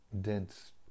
dense